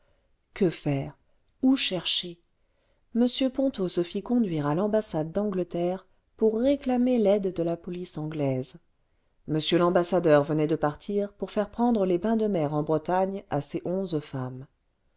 que faire où chercher m ponto se fit conduire à l'ambassade d'angleterre pour réclamer l'aide de la police anglaise m l'ambassadeur venait de partir pour faire prendre les bains de mer en bretagne à ses onze femmes